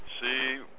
see